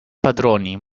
padroni